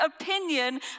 opinion